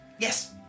Yes